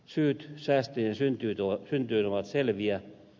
syyt säästöjen syntyyn ovat selviä